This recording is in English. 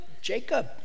Jacob